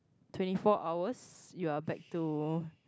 twenty four hours you are back to